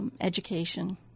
education